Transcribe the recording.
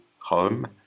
home